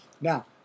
Now